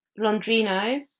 Londrino